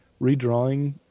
redrawing